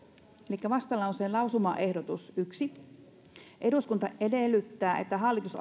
elikkä vastalauseen lausumaehdotus yksi eduskunta edellyttää että hallitus